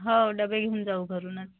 हो डबे घेऊन जाऊ घरूनच